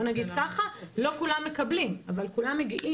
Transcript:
לא כולם מקבלים, אבל כולם מקבלים.